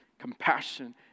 compassion